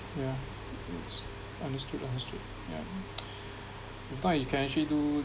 yeah understood understood yeah if not you can actually do